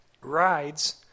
rides